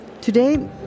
Today